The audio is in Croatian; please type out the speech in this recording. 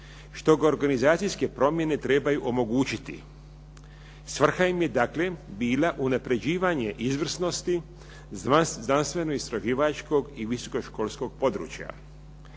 što organizacijske promjene trebaju omogućiti. Svrha im je dakle bila unapređivanje izvrsnosti znanstveno-istraživačkog i visoko-školskog područja.